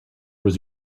was